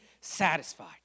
satisfied